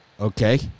Okay